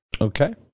Okay